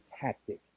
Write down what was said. tactic